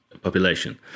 population